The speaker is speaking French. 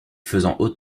faisant